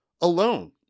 alone